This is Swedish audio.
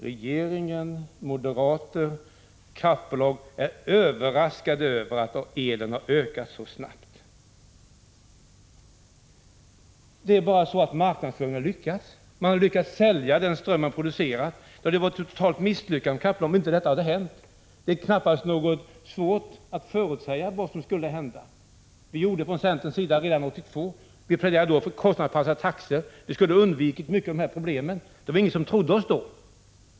Regeringen, moderaterna och kraftbolagen är överraskade över att elanvändningen ökat så snabbt. Men det är ju bara så att marknadsföringen har lyckats. Man har lyckats sälja den ström man producerat. Det hade varit totalt misslyckat om detta inte hänt. Det var knappast svårt att förutsäga vad som skulle hända. Det gjorde vi från centerns sida redan 1982. Vi pläderade för kostnadsanpassade taxor. Med det hade många problem kunnat undvikas, men det var ingen som trodde oss då.